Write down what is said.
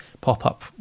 pop-up